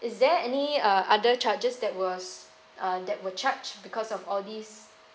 is there any uh other charges that was uh that were charged because of all these